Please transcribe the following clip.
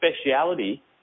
speciality